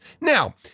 Now